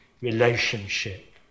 relationship